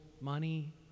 money